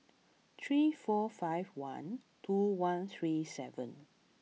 three four five one two one three seven